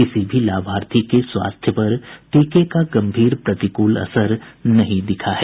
किसी भी लाभार्थी के स्वास्थ्य पर टीके का गंभीर प्रतिकूल असर नहीं दिखा है